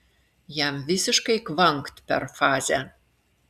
jam visiškai kvankt per fazę